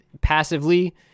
passively